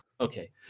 okay